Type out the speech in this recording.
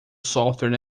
software